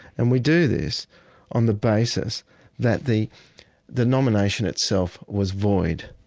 and we do this on the basis that the the nomination itself was void.